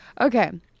Okay